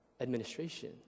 administration